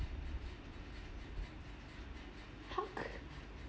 park